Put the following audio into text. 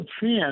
chance